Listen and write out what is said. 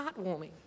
heartwarming